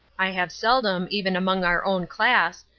i have seldom, even among our own class,